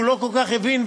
שהוא לא כל כך הבין,